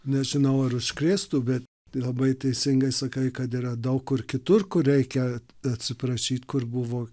nežinau ar užkrėstų bet labai teisingai sakai kad yra daug kur kitur kur reikia atsiprašyt kur buvo